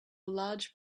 large